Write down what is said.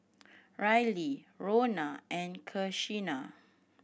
Ryley Rona and Kenisha